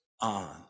on